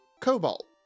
Cobalt